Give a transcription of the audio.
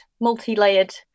multi-layered